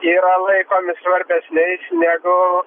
yra laikomi svarbesniais negu